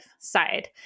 side